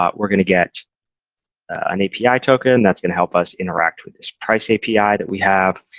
um we're going to get an api token that's going to help us interact with this price api that we have.